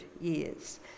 years